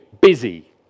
Busy